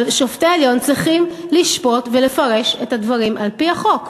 אבל שופטי העליון צריכים לשפוט ולפרש את הדברים על-פי חוק.